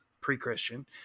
pre-Christian